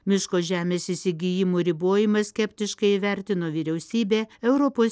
miško žemės įsigijimų ribojimą skeptiškai įvertino vyriausybė europos